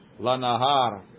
lanahar